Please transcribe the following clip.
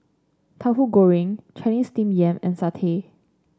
Tauhu Goreng Chinese Steamed Yam and satay